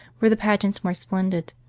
were the pageants more splendid,